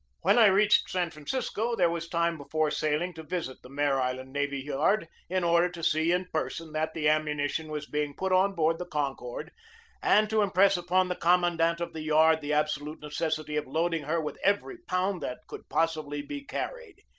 when i reached san francisco there was time before sailing to visit the mare island navy yard in order to see in person that the ammunition was being put on board the concord and to impress upon the commandant of the yard the absolute necessity of loading her with every pound that could possibly be carried.